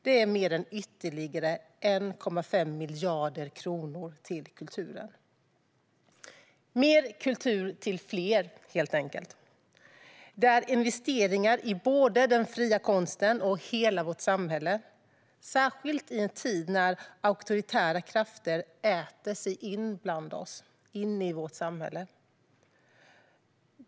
Det är mer än ytterligare 1,5 miljarder kronor till kulturen - mer kultur till fler, helt enkelt. Vi gör investeringar i både den fria konsten och hela vårt samhälle, särskilt i en tid när auktoritära krafter äter sig in bland oss, in i vårt samhälle.